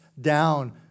down